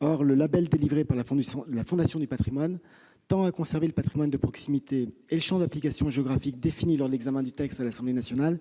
Or ce label a pour objet de conserver ledit patrimoine de proximité, et le champ d'application géographique défini lors de l'examen du texte à l'Assemblée nationale